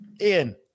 Ian